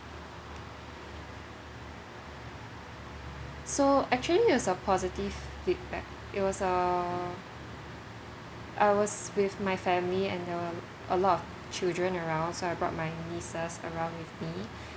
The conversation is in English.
so actually it was a positive feedback it was a I was with my family and there were a lot of children around so I bought my nieces around with me